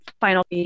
final